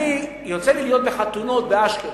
יוצא לי להיות בחתונות באשקלון,